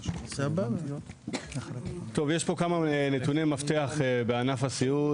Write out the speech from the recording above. טוב, יש פה כמה נתוני מפתח בענף הסיעוד.